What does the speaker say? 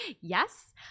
Yes